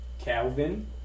Calvin